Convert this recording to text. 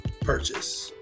purchase